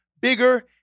bigger